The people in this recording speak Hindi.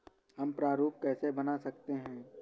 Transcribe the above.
हम प्रारूप कैसे बना सकते हैं?